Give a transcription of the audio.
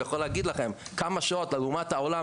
הוא יכול להגיד לכם כמה שעות לעומת העולם.